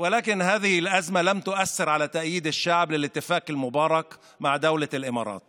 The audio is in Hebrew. היום בשפה הערבית לרגל נרמול היחסים בין ישראל למדינת האמירויות